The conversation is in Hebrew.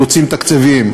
תקציביים.